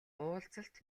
уулзалт